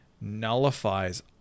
nullifies